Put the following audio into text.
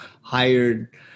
hired